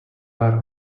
pár